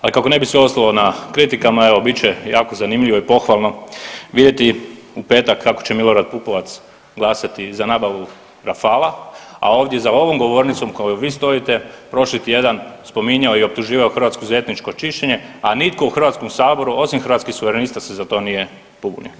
Ali kako ne bi sve ostalo na kritikama evo bit će jako zanimljivo i pohvalno vidjeti u petak kako će Milorad Pupovac glasati za nabavu Rafala, a ovdje za ovom govornicom za kojom vi stojite prošli tjedan spominjao je i optuživao Hrvatsku za etničko čišćenje a nitko u HS-u osim Hrvatskih suvrenista se za to nije pobunio.